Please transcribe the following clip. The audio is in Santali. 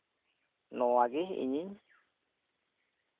ᱱᱚᱣᱟᱜᱮ ᱤᱧᱤᱧ